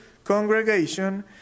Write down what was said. congregation